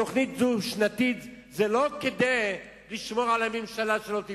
תוכנית דו-שנתית היא לא כדי לשמור על הממשלה שלא תיפול.